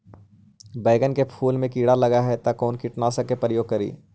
बैगन के फुल मे कीड़ा लगल है तो कौन कीटनाशक के प्रयोग करि?